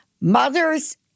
Mothers